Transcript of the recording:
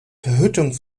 verhüttung